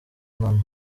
naho